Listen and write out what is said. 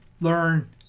learn